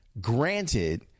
Granted